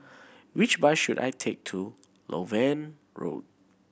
which bus should I take to Loewen Road